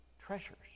treasures